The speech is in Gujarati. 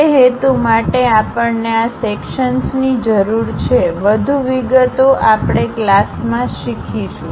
તે હેતુ માટે આપણને આ સેક્શન્સની જરૂર છેવધુ વિગતોઆપણે ક્લાસમાં શીખીશું